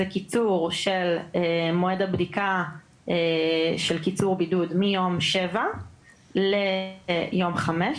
זה קיצור של מועד הבדיקה של קיצור בידוד מיום 7 ליום 5,